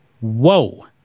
Whoa